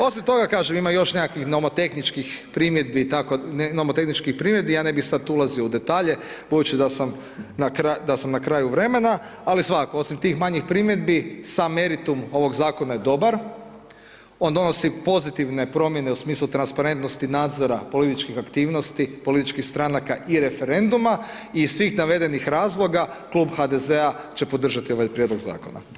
Osim toga, kažem, ima još nekakvih nomotehničkih primjedbi i tako, imamo tehničkih primjedbi, ja ne bih sad ulazio u detalje budući da sam na, da sam na kraju vremena, ali svakako osim tih manjih primjedbi, sam meritum ovog Zakona je dobar, on donosi pozitivne promjene u smislu transparentnosti nadzora političkih aktivnosti političkih stranaka i referenduma, i iz svih navedenih razloga, Klub HDZ-a će podržati ovaj prijedlog Zakona.